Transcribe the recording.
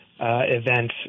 event